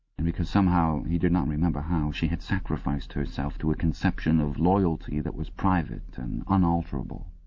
and because somehow, he did not remember how, she had sacrificed herself to a conception of loyalty that was private and unalterable.